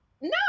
No